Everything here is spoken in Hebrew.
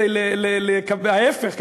ההפך,